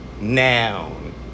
Noun